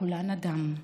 קולה נדם.